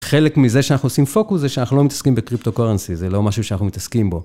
חלק מזה שאנחנו עושים פוקוס, זה שאנחנו לא מתעסקים בקריפטו קורנסי, זה לא משהו שאנחנו מתעסקים בו.